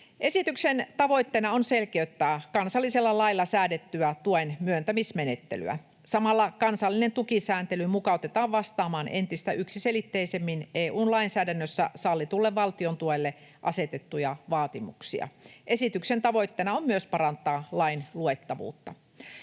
Esityksen tavoitteena on selkeyttää kansallisella lailla säädettyä tuen myöntämismenettelyä. Samalla kansallinen tukisääntely mukautetaan vastaamaan entistä yksiselitteisemmin EU:n lainsäädännössä sallitulle valtiontuelle asetettuja vaatimuksia. Esityksen tavoitteena on myös parantaa lain luettavuutta.